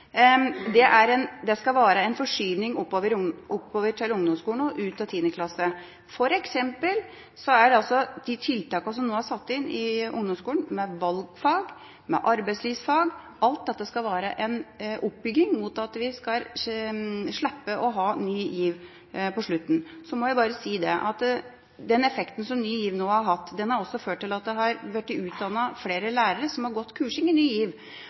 som opposisjonen nå kutter, skal være en forskyvning oppover til ungdomsskolen og ut av 10. klasse. De tiltakene som nå er satt inn i ungdomsskolen, med valgfag og med arbeidslivsfag – alt dette skal være en oppbygging mot at vi skal slippe å ha Ny GIV på slutten. Så må jeg bare si at den effekten som Ny GIV nå har hatt, har ført til at det har blitt utdannet flere lærere som har blitt kurset i Ny GIV,